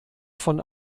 von